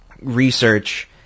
research